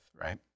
Right